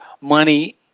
money